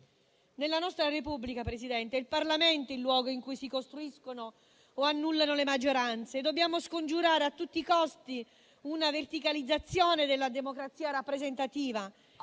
Nella nostra Repubblica, signor Presidente, è il Parlamento il luogo in cui si costruiscono o annullano le maggioranze e dobbiamo scongiurare a tutti i costi una verticalizzazione della democrazia rappresentativa,